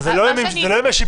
אז, זה לא ימי שיפוט.